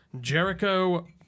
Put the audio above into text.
Jericho